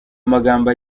amagambo